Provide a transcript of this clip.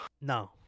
no